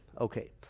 Okay